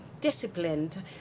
disciplined